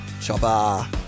Chopper